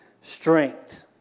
strength